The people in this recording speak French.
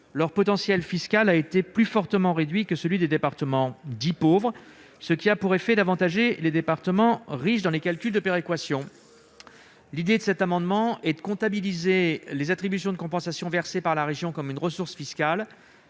ces derniers a été plus fortement réduit que celui des départements dits pauvres, ce qui avantage les départements riches dans les calculs de péréquation. Nous proposons de comptabiliser les attributions de compensation versées par la région comme une ressource fiscale